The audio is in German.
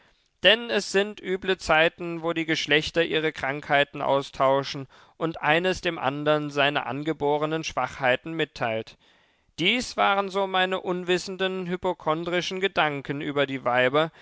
denn es sind üble zeiten wo die geschlechter ihre krankheiten austauschen und eines dem andern seine angeborenen schwachheiten mitteilt dies waren so meine unwissenden hypochondrischen gedanken über die weiber